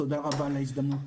תודה רבה על ההזדמנות.